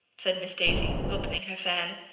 said miss daisy, opening her fan.